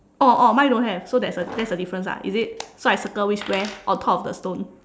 oh oh mine don't have so that's that's a difference ah is it so I circle which where on top of the stone